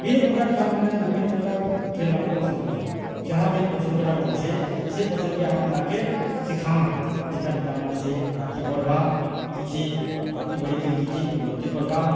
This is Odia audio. ବିଭିନ୍ନ ପ୍ରକାର୍ ଛୁଆ ମାନେ ବିଭିନ୍ନ ପ୍ରକାର୍ ଖେଲ୍ ମାନକେ ପସନ୍ଦ କରୁସନ୍ ଯାହାର ଯେନ୍ ପସନ୍ଦ ଗୁଡ଼ାକ ଅଛେ ସେ ପସନ୍ଦ କେ ଆମେ ତାହାକେ ଶିଖାମା ଯେନ୍ତା କି ତମର୍ ସେ ଆଗକେ ବଢ଼ବା କିଛି ଆଗକେ ବଢ଼ିକିରି କିଛି ଉନ୍ନତ୍ତି କରବା